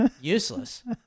useless